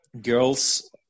girls